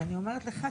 אז אני אומרת לך,